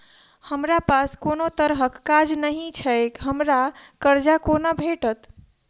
हमरा पास कोनो तरहक कागज नहि छैक हमरा कर्जा कोना भेटत?